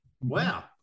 Wow